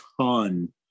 ton